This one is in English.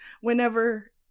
whenever